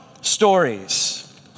stories